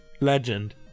legend